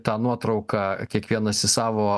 tą nuotrauką kiekvienas į savo